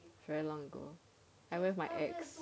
a long ago I with my ex